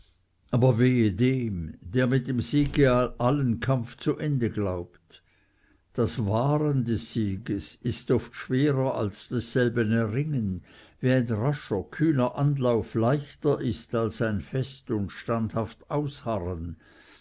aber wehe dem der mit dem siege allen kampf zu ende glaubt das wahren des sieges ist oft schwerer als desselben erringen wie ein rascher kühner anlauf leichter ist als ein fest und standhaft ausharren